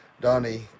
Donnie